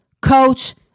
Coach